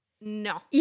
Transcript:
no